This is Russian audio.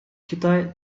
китай